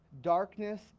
Darkness